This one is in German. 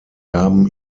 gaben